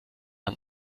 man